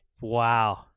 Wow